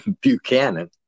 Buchanan